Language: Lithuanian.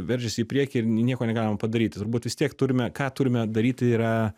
veržiasi į priekį ir nieko negalima padaryti turbūt vis tiek turime ką turime daryti yra